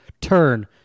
turn